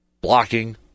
blocking